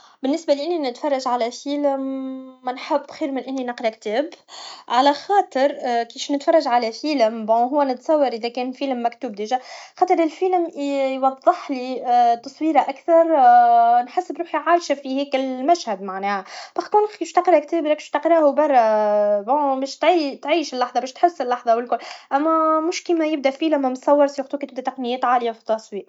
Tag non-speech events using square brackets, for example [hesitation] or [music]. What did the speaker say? بالنسبه لي انا نتفرج على فيلم [hesitation] نحب خير انو من كان نقرا كتاب على خاطر كيش نتفرج على فيلم بون هو انا نتصور هو اذا كان لفيلم مكتوب ديحا خاطر لفيلم يوضحلي التصويره اكثر نحس بروحي عاشه في هذاك المشهد معناها باغ كونطخ كش باه تقرا كتاب برا بون مش تعيش اللحظه بش تحس اللحظه و الكل اما موش كي يبدا الفيلم مصور سيغتو كي تبدا تقنيات عاليه فالتصوير